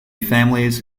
families